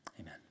amen